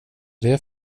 det